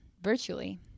virtually